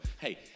Hey